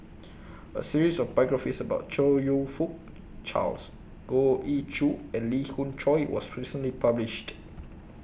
A series of biographies about Chong YOU Fook Charles Goh Ee Choo and Lee Khoon Choy was recently published